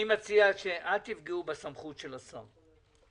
אני מציע שלא תפגעו בסמכות של השר.